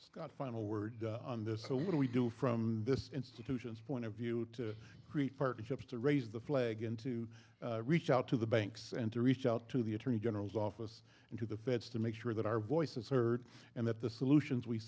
got final word on this so what we do from this institution's point of view to create partnerships to raise the flag and to reach out to the banks and to reach out to the attorney general's office and to the feds to make sure that our voices heard and that the solutions we